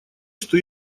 что